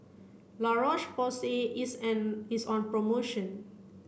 La Roche Porsay is an is on promotion